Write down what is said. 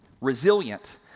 Resilient